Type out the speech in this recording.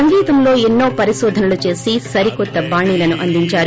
సంగీతంలో ఎన్నో పరిశోధనలు చేసి సరికొత్త బాణీలను అందించారు